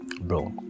bro